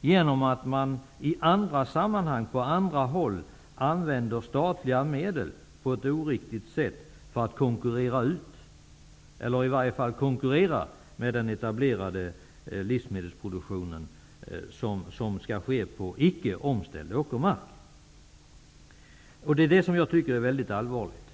genom att man i andra sammanhang, på andra håll, använder statliga medel på ett oriktigt sätt för att konkurrera ut -- eller i alla fall konkurrera med -- den etablerade livsmedelsproduktionen som skall ske på icke omställd åkermark. Det skulle vara väldigt allvarligt.